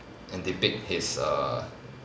and depict his err